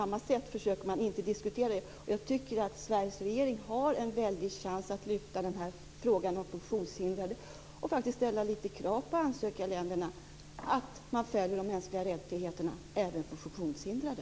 Man försöker att inte diskutera det. Sveriges regeringen har en väldig chans att lyfta fram frågan om funktionshindrade och ställa lite krav på ansökarländerna att de följer de mänskliga rättigheterna även när det gäller funktionshindrade.